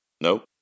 nope